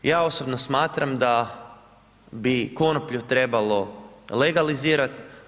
Ja osobno smatram da bi konoplju trebalo legalizirati.